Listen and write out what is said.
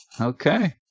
Okay